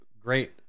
great